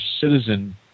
citizen